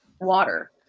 water